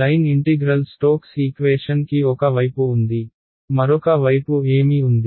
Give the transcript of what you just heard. line integral Stokes equation కి ఒక వైపు ఉంది మరొక వైపు ఏమి ఉంది